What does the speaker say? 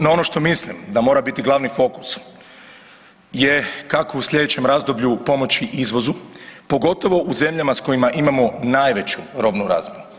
No ono što mislim da mora biti glavni fokus je kako u sljedećem razdoblju pomoći izvozu, pogotovo u zemljama s kojima imamo najveću robnu razmjenu.